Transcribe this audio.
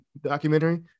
documentary